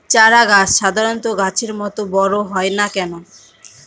চারা গাছ সাধারণ গাছের মত বড় হয় না কেনো?